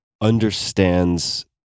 understands